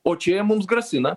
o čia jie mums grasina